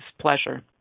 pleasure